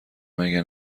مگه